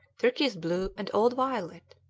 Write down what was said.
turquoise blue, and old violet.